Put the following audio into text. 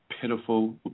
pitiful